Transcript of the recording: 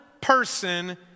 person